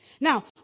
Now